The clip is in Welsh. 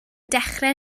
dechrau